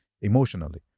emotionally